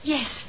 Yes